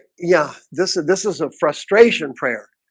yeah, this is this is a frustration prayer